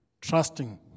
trusting